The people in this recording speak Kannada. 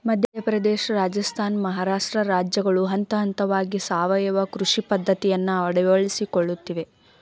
ಮಧ್ಯಪ್ರದೇಶ, ರಾಜಸ್ಥಾನ, ಮಹಾರಾಷ್ಟ್ರ ರಾಜ್ಯಗಳು ಹಂತಹಂತವಾಗಿ ಸಾವಯವ ಕೃಷಿ ಪದ್ಧತಿಯನ್ನು ಅಳವಡಿಸಿಕೊಳ್ಳುತ್ತಿವೆ